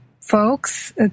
folks